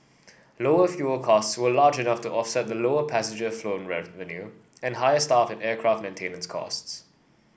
lower fuel costs were large enough to offset lower passenger flown revenue and higher staff and aircraft maintenance costs